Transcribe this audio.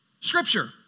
scripture